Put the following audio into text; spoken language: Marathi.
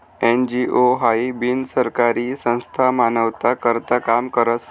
एन.जी.ओ हाई बिनसरकारी संस्था मानवताना करता काम करस